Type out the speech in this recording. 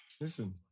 Listen